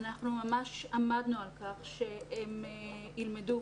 אנחנו ממש עמדנו על כך שהם ילמדו,